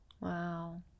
wow